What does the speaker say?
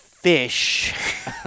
Fish